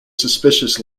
suspicious